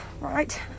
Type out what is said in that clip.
Right